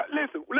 listen